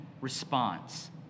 response